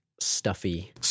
stuffy